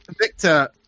Victor